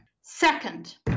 Second